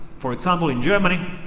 for example, in germany,